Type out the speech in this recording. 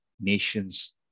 nations